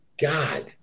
God